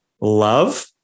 love